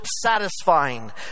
satisfying